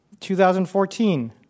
2014